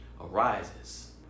arises